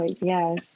yes